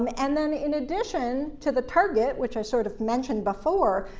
um and then, in addition to the target, which i sort of mentioned before,